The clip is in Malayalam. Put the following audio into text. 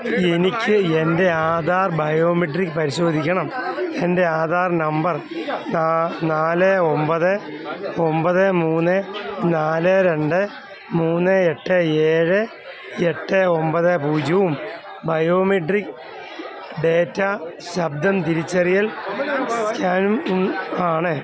എനിക്ക് എൻ്റെ ആധാർ ബയോമെട്രിക് പരിശോധിക്കണം എൻ്റെ ആധാർ നമ്പർ നാല് ഒമ്പത് ഒമ്പത് മൂന്ന് നാല് രണ്ട് മൂന്ന് എട്ട് ഏഴ് എട്ട് ഒമ്പത് പൂജ്യവും ബയോമെട്രിക് ഡേറ്റാ ശബ്ദം തിരിച്ചറിയൽ സ്കാൻ ആണ്